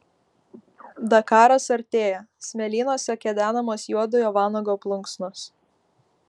dakaras artėja smėlynuose kedenamos juodojo vanago plunksnos